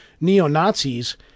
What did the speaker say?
neo-Nazis